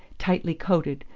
tightly coated,